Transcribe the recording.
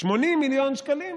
80 מיליון שקלים.